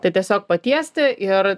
tai tiesiog patiesti ir